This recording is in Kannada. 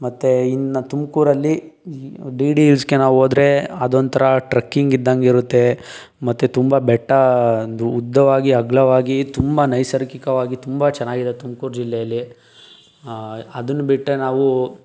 ಮತ್ತು ಇನ್ನು ತುಮಕೂರಲ್ಲಿ ಡಿ ಡಿ ಹಿಲ್ಸ್ಗೆ ನಾವು ಹೋದ್ರೆ ಅದೊಂಥರ ಟ್ರಕ್ಕಿಂಗ್ ಇದ್ದಂಗೆ ಇರುತ್ತೆ ಮತ್ತು ತುಂಬ ಬೆಟ್ಟ ಉದ್ದವಾಗಿ ಅಗಲವಾಗಿ ತುಂಬ ನೈಸರ್ಗಿಕವಾಗಿ ತುಂಬ ಚೆನ್ನಾಗಿದೆ ತುಮ್ಕೂರು ಜಿಲ್ಲೆಯಲ್ಲಿ ಅದನ್ನ ಬಿಟ್ಟರೆ ನಾವು